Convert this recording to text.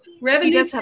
Revenue